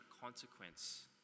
consequence